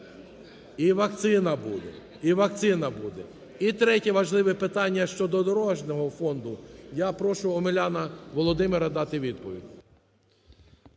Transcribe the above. і вакцина буде. І третє важливе питання щодо дорожнього фонду. Я прошу Омеляна Володимира дати відповідь.